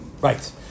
right